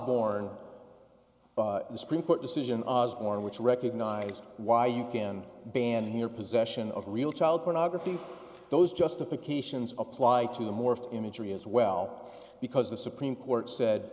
borne by the supreme court decision on which recognize why you can ban your possession of real child pornography those justifications apply to them or for imagery as well because the supreme court said